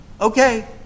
okay